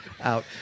out